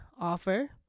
offer